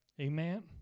Amen